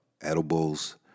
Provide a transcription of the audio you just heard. edibles